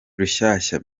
rushyashya